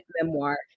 memoir